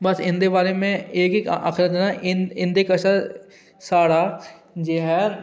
बस इंदे बारै में इयै आक्खना चाह्न्ना कि इंदे साढ़ा जो ऐ